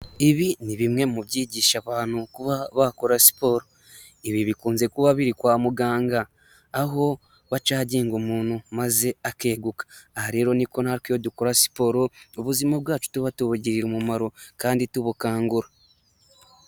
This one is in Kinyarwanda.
Ibi ni bimwe mu byigisha abantu kuba bakora siporo, ibi bikunze kuba biri kwa muganga aho bacaginga umuntu maze akeguka, aha rero niko natwe iyo dukora siporo ubuzima bwacu tuba tubugirira umumaro kandi tubukangura.